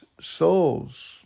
souls